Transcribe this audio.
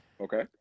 Okay